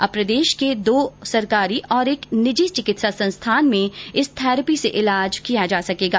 अब प्रदेश के दो सरकारी और एक निजी चिकित्सा संस्थान में इस थैरेपी से ईलाज किया जायेगा